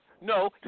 No